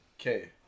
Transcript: Okay